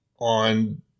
on